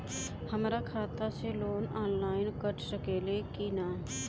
हमरा खाता से लोन ऑनलाइन कट सकले कि न?